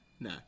No